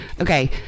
Okay